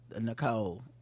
nicole